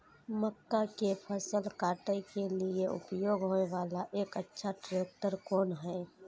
मक्का के फसल काटय के लिए उपयोग होय वाला एक अच्छा ट्रैक्टर कोन हय?